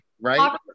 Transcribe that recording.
right